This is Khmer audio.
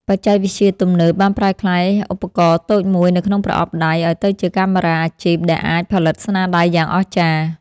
បច្ចេកវិទ្យាទំនើបបានប្រែក្លាយឧបករណ៍តូចមួយនៅក្នុងប្រអប់ដៃឱ្យទៅជាកាមេរ៉ាអាជីពដែលអាចផលិតស្នាដៃយ៉ាងអស្ចារ្យ។